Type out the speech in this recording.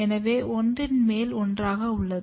எனவே ஒன்றின் மேல் ஒன்றாக உள்ளது